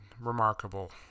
remarkable